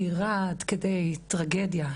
צעירה עד כדי טרגדיה.